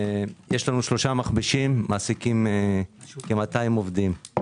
יש לנו 3 מכבשים, מעסיקים כ-200 עובדים.